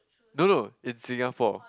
no no in Singapore